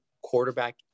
quarterback